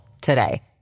today